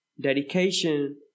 dedication